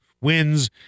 wins